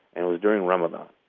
and it was during ramadan,